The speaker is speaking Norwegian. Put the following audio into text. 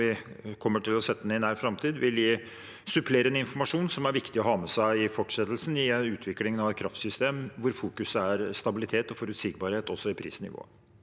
vi kommer til å sette ned i nær framtid, vil gi supplerende informasjon som er viktig å ha med seg i fortsettelsen, i utviklingen av et kraftsystem hvor fokuset er på stabilitet og forutsigbarhet, også i prisnivået.